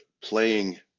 playing